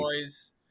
boys